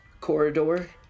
corridor